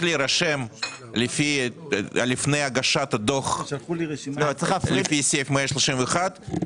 להירשם לפני הגשת הדוח לפי סעיף 131,